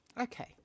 Okay